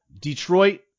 Detroit